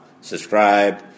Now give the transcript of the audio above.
Subscribe